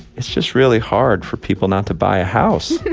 it's just really hard for people not to buy a house